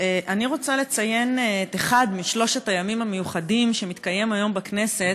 אני רוצה לציין את אחד משלושת הימים המיוחדים שמתקיימים היום בכנסת.